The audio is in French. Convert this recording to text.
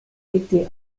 était